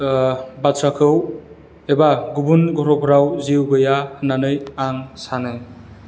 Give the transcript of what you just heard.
बाथ्राखौ एबा गुबुन ग्रहफोराव जिउ गैया होननानै आं सानो